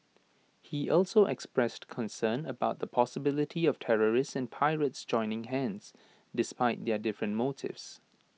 he also expressed concern about the possibility of terrorists and pirates joining hands despite their different motives